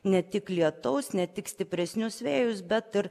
ne tik lietaus ne tik stipresnius vėjus bet ir